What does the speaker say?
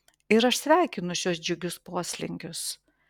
ir aš sveikinu šiuos džiugius poslinkius